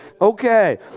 okay